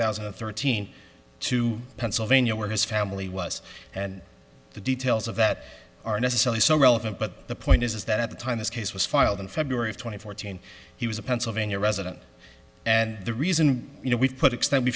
thousand and thirteen to pennsylvania where his family was and the details of that are necessarily so relevant but the point is that at the time this case was filed in february of twenty fourteen he was a pennsylvania resident and the reason you know we've put exten